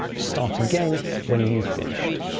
start again when you've finished.